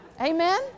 Amen